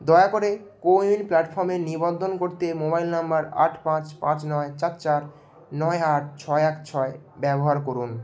দয়া করে কোউইন প্ল্যাটফর্মে নিবন্ধন করতে মোবাইল নাম্বার আট পাঁচ পাঁচ নয় চার চার নয় আট ছয় এক ছয় ব্যবহার করুন